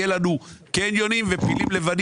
יהיו לנו קניונים ופילים לבנים.